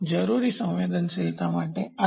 જરૂરી સંવેદનશીલતા માટે Rb